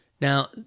Now